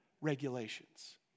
regulations